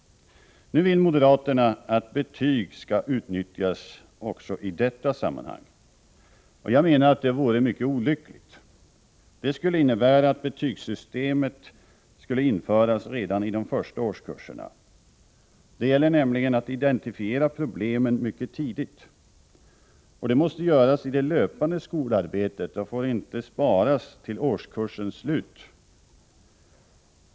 Nu vill moderaterna att betyg skall utnyttjas också i detta sammanhang. Jag menar att det vore mycket olyckligt. Det skulle innebära att betygssystemet skulle införas redan i de första årskurserna. Det gäller nämligen att identifiera problemen mycket tidigt. Det måste göras i det löpande skolarbetet och får inte sparas till årskursens slut.